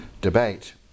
Debate